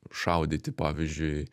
šaudyti pavyzdžiui